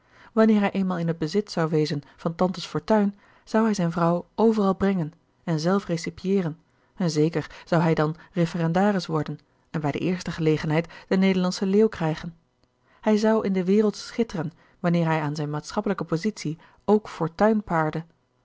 wanneer hij eenmaal in het bezit zou wezen van tantes fortuin zou hij zijne vrouw overal brengen en zelf recipieeren en zeker zou hij dan referendaris worden en bij de eerste gelegenheid den nederlandschen leeuw krijgen hij zou in de wereld schitteren wanneer hij aan zijne maatschappelijke positie ook fortuin paarde